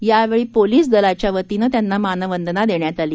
यावेळी पोलीस दलाच्या वतीनं त्यांना मानवंदना देण्यात आली